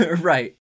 right